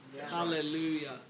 Hallelujah